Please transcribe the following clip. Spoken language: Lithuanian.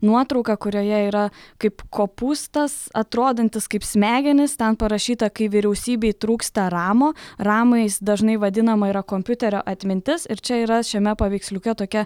nuotrauka kurioje yra kaip kopūstas atrodantis kaip smegenys ten parašyta kai vyriausybei trūksta ramo ramais dažnai vadinama yra kompiuterio atmintis ir čia yra šiame paveiksliuke tokia